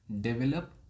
develop